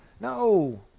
no